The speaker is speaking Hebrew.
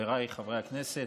חבריי חברי הכנסת,